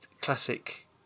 classic